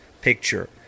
picture